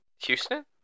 Houston